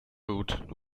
root